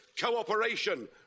cooperation